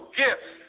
gifts